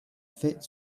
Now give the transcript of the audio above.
fit